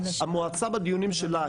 המועצה בדיונים שלה,